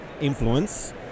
influence